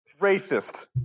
racist